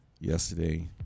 yesterday